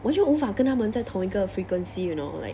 我就无法跟他们在同一个 frequency you know like